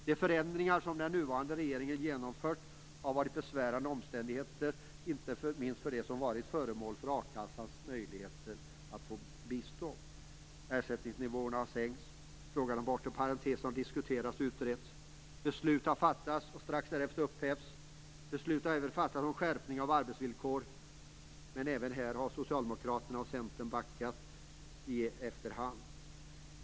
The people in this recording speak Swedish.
De förändringar som den nuvarande regeringen har genomfört har ibland inneburit besvärande omständigheter, inte minst för dem som varit föremål för bistånd från a-kassan. Ersättningsnivåerna har sänkts. Frågan om en bortre parentes har diskuterats och utretts. Beslut har fattats och strax därefter upphävts. Beslut har även fattats om skärpta arbetsvillkor. Men även här har Socialdemokraterna och Centern backat i efterhand.